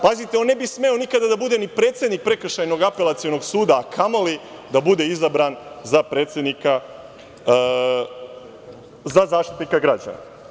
Pazite, on ne bi smeo nikada da bude ni predsednik Prekršajnog apelacionog suda, a kamoli da bude izabran za Zaštitnika građana.